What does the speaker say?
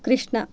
Krishna